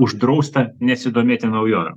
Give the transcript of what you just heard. uždrausta nesidomėti naujovėm